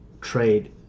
trade